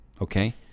okay